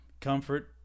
comfort